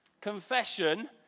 confession